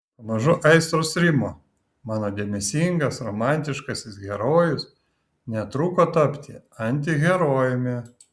pamažu aistros rimo mano dėmesingas romantiškasis herojus netruko tapti antiherojumi